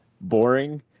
boring